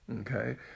Okay